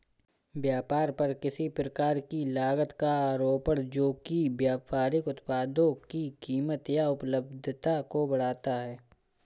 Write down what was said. व्यापार पर किसी प्रकार की लागत का आरोपण जो कि व्यापारिक उत्पादों की कीमत या उपलब्धता को बढ़ाता है